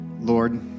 Lord